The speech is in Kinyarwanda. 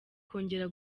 kongera